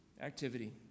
activity